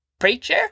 Preacher